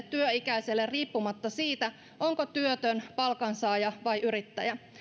työikäiselle riippumatta siitä onko työtön palkansaaja vai yrittäjä